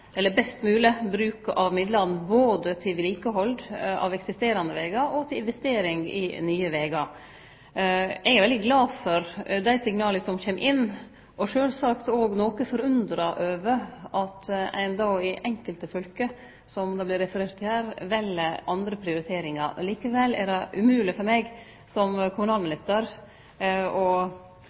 best mogleg bruk av midlane, både til vedlikehald av eksisterande vegar og til investeringar i nye vegar. Eg er veldig glad for dei signala som kjem, og er sjølvsagt noko forundra over at ein i enkelte fylke, som det vart referert til her, vel andre prioriteringar. Likevel er det umogleg for meg som kommunalminister å gå inn i det enkelte fylket sine prioriteringar, og